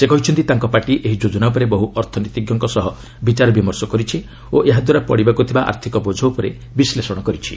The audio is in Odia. ସେ କହିଛନ୍ତି ତାଙ୍କ ପାର୍ଟି ଏହି ଯୋଜନା ଉପରେ ବହୁ ଅର୍ଥନୀତିଜ୍ଞଙ୍କ ସହ ବିଚାର ବିମର୍ଶ କରିଛି ଓ ଏହାଦ୍ୱାରା ପଡ଼ିବାକୁ ଥିବା ଆର୍ଥିକ ବୋଝ ଉପରେ ବିଶ୍ଲେଷଣ କରିଛି